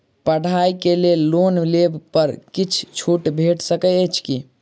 पढ़ाई केँ लेल लोन लेबऽ पर किछ छुट भैट सकैत अछि की?